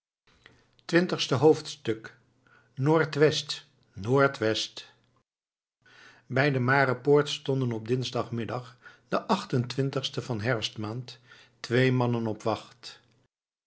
twintigste hoofdstuk noordwest noordwest bij de marepoort stonden op dinsdagmiddag den achtentwintigsten van herfstmaand twee mannen op wacht